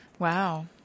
Wow